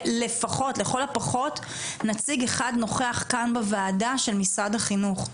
לפחות נציג אחד נוכח כאן בוועדה של משרד החינוך.